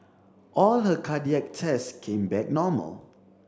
all her cardiac tests came back normal